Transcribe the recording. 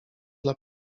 dla